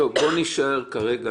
בואו נישאר כרגע,